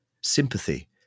Sympathy